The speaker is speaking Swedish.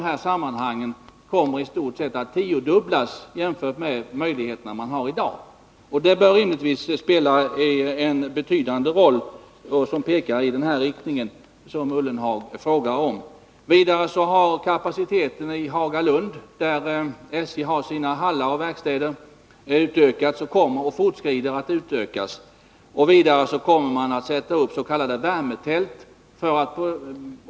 Statsrådet räknade då med att dessa skulle kunna genomföras under första halvåret 1981, varefter arbetet med en proposition skulle kunna slutföras. 1. Vad är orsaken till att ännu inget förslag om nytt eller förändrat skördeskadeskydd framlagts? 2.